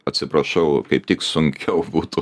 atsiprašau kaip tik sunkiau būtų